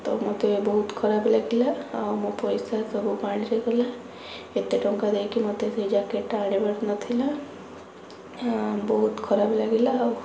ତ ମୋତେ ବହୁତ ଖରାପ ଲାଗିଲା ଆଉ ମୋ ପଇସା ସବୁ ପାଣିରେ ଗଲା ଏତେ ଟଙ୍କା ଦେଇକି ମୋତେ ସେ ଜ୍ୟାକେଟ୍ଟା ଆଣିବାର ନଥିଲା ବହୁତ ଖରାପ ଲାଗିଲା ଆଉ